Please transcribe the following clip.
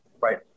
right